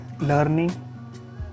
learning